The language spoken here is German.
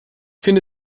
finde